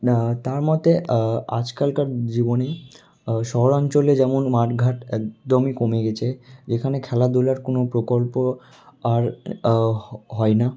না তার মতে আজকালকার জীবনে শহরাঞ্চলে যেমন মাঠ ঘাট একদমই কমে গেছে যেখানে খেলাধুলার কোনো প্রকল্প আর হয় না